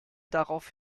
darauf